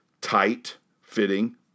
tight-fitting